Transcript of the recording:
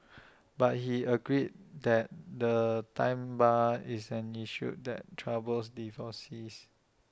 but he agreed that the time bar is an issue that troubles divorcees